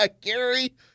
Gary